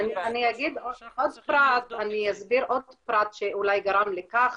אני אסביר עוד פרט שאולי גרם לכך.